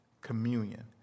communion